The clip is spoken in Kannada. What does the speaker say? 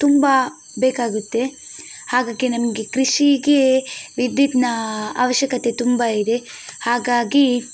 ತುಂಬ ಬೇಕಾಗುತ್ತೆ ಹಾಗಾಗಿ ನಮಗೆ ಕೃಷೀಗೆ ವಿದ್ಯುತ್ನಾ ಅವಶ್ಯಕತೆ ತುಂಬ ಇದೆ ಹಾಗಾಗಿ